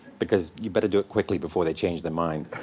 because you better do it quickly before they change their mind.